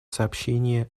сообщения